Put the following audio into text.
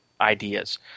ideas